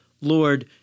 Lord